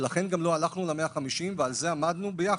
ולכן גם לא הלכנו ל-150% ועל זה עמדנו ביחד,